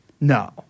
No